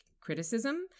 criticism